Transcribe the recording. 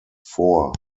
vor